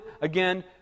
again